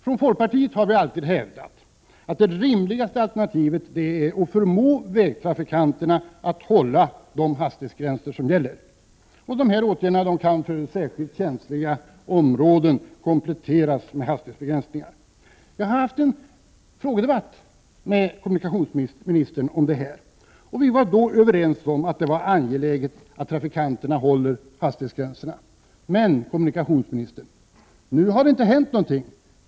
Från folkpartiet har vi alltid hävdat att det rimligaste alternativet är att förmå vägtrafikanterna att hålla gällande hastighetsgränser. Dessa åtgärder kan för särskilt känsliga områden kompletteras med ytterligare hastighetsbegränsningar. Jag har haft en frågedebatt med kommunikationsministern om de här frågorna. Vi var då överens om att det var angeläget att trafikanterna håller hastighetsgränserna. Men, kommunikationsministern, ännu har det inte hänt något.